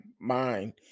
mind